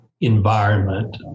environment